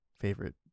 favorite